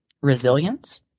resilience